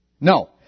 No